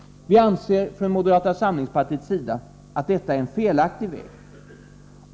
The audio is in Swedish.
Vi anser från moderata samlingspartiets sida att detta är en felaktig väg.